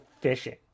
fishing